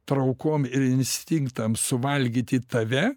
traukom ir instinktams suvalgyti tave